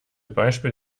beispiel